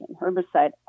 herbicide